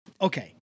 okay